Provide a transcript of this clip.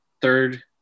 third